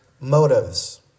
motives